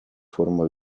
forma